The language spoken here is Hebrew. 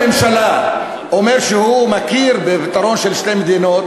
וראש הממשלה אומר שהוא מכיר בפתרון של שתי מדינות,